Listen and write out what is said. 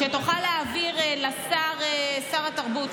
שתוכל להעביר לשר התרבות.